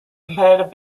competitive